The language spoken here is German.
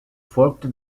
folgte